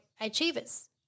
achievers